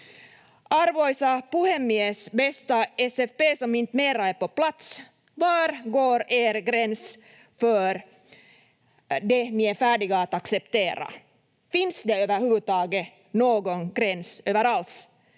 Arvoisa puhemies! Bästa SFP, som inte mera är på plats, var går er gräns för det ni är färdiga att acceptera? Finns det överhuvudtaget någon gräns alls